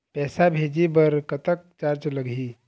पैसा भेजे बर कतक चार्ज लगही?